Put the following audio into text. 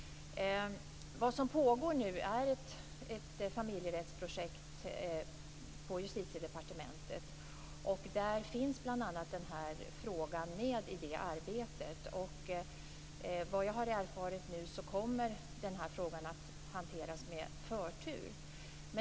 Vad som pågår nu är ett familjerättsprojekt på Justitiedepartementet. Där finns bl.a. den här frågan med i arbetet. Enligt vad jag har erfarit nu kommer frågan att hanteras med förtur.